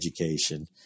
Education